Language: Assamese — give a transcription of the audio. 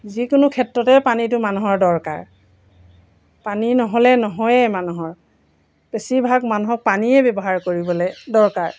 যিকোনো ক্ষেত্ৰতে পানীটো মানুহৰ দৰকাৰ পানী নহ'লে নহয়েই মানুহৰ বেছিভাগ মানুহক পানীয়ে ব্যৱহাৰ কৰিবলৈ দৰকাৰ